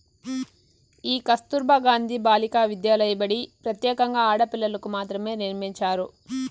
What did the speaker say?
ఈ కస్తుర్బా గాంధీ బాలికా విద్యాలయ బడి ప్రత్యేకంగా ఆడపిల్లలకు మాత్రమే నిర్మించారు